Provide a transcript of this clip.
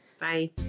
Bye